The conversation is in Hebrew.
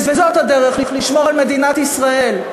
וזאת הדרך לשמור על מדינת ישראל,